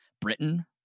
Britain